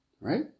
right